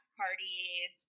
parties